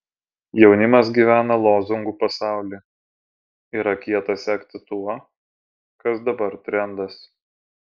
jaunimas gyvena lozungų pasauly yra kieta sekti tuo kas dabar trendas